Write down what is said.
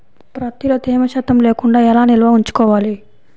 ప్రత్తిలో తేమ శాతం లేకుండా ఎలా నిల్వ ఉంచుకోవాలి?